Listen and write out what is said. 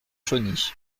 chauny